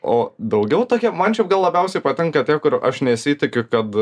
o daugiau tokia man čia gal labiausiai patinka taip kur aš nesitikiu kad